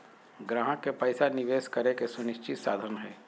ग्राहक के पैसा निवेश करे के सुनिश्चित साधन हइ